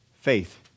faith